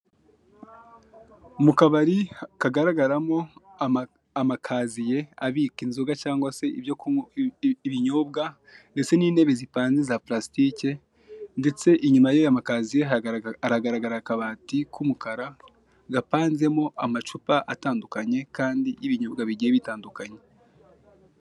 Mu kabari kagaragaramo amakaziye abika inzoga cyangwa se ibinyobwa, ndetse n'intebe zipanze za purasitike ndetse inyuma y'iyo makaziye haragaraga akabati k'umukara gapanzemo amacupa atanduakanye kandi y'ibinyobwa bigiye bitandukanye.